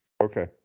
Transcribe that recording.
okay